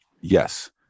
Yes